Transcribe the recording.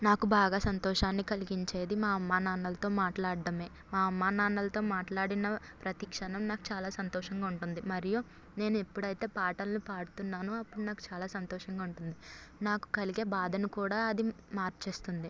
నాకు బాగా సంతోషాన్ని కలిగించేది మా అమ్మా నాన్నలతో మాట్లాడటం మా అమ్మా నాన్నలతో మాట్లాడిన ప్రతి క్షణం నాకు చాలా సంతోషంగా ఉంటుంది మరియు నేను ఎప్పుడు అయితే పాటలను పాడుతున్నానో అప్పుడు నాకు చాలా సంతోషంగా ఉంటుంది నాకు కలిగే బాధను కూడా అది మార్చేస్తుంది